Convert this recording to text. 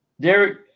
Derek